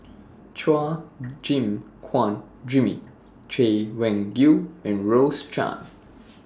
Chua Gim Guan Jimmy Chay Weng Yew and Rose Chan